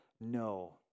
no